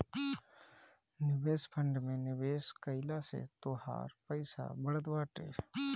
निवेश फंड में निवेश कइला से तोहार पईसा बढ़त बाटे